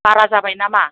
बारा जाबाय नामा